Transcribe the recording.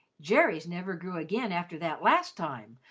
jerry's never grew again after that last time,